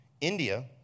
India